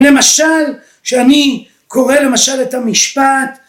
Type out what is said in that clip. למשל שאני קורא למשל את המשפט